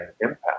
impact